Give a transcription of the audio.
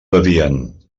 bevien